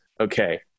okay